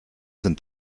sind